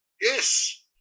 Yes